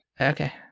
Okay